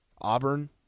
Auburn